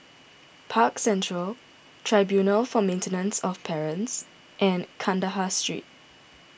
Park Central Tribunal for Maintenance of Parents and Kandahar Street